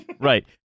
Right